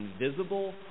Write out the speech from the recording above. invisible